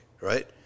right